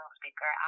speaker